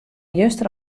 juster